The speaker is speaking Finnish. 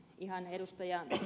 ihan ed